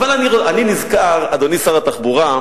אבל אני נזכר, אדוני שר התחבורה,